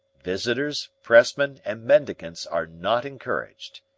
visitors, pressmen, and mendicants are not encouraged.